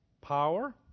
Power